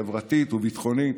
חברתית וביטחונית,